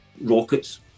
rockets